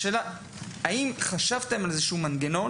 השאלה שלי היא האם חשבתם על איזה שהוא מנגנון